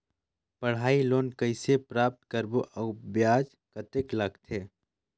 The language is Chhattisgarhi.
पढ़ाई लोन कइसे प्राप्त करबो अउ ब्याज कतेक लगथे?